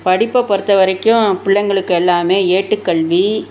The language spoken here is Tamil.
படிப்பை பொறுத்த வரைக்கும் பிள்ளைங்களுக்கு எல்லாமே ஏட்டுக்கல்வி